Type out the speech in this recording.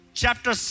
chapter